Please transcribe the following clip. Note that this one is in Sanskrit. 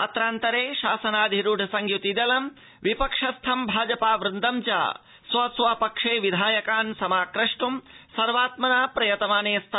अत्रान्तरे शासनाधिरूढ संय्ति दलं विपक्षस्थं भाजपावन्दं च स्व स्व पक्षे विधायकान् समाक्रष्ट् सर्वात्मना प्रयतमाने स्त